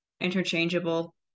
interchangeable